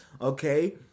okay